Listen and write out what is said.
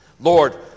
Lord